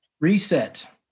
reset